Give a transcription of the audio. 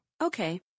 Okay